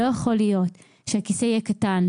לא יכול להיות שהכיסא יהיה קטן,